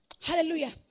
Hallelujah